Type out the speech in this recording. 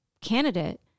candidate